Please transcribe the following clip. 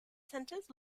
centers